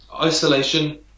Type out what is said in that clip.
Isolation